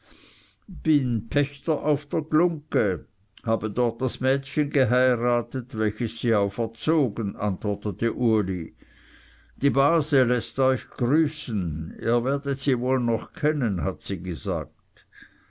bin pächter auf der glungge habe dort das mädchen geheiratet welches sie auferzogen antwortete uli die base läßt euch grüßen ihr werdet sie wohl noch kennen hat sie gesagt